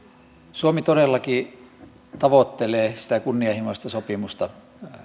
suomi todellakin tavoittelee sitä kunnianhimoista sopimusta